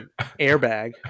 airbag